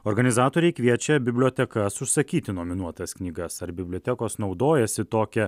organizatoriai kviečia bibliotekas užsakyti nominuotas knygas ar bibliotekos naudojasi tokia